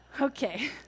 Okay